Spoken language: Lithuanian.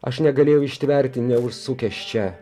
aš negalėjau ištverti neužsukęs čia